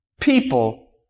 People